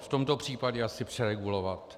V tomto případě asi přeregulovat.